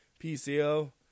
PCO